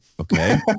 Okay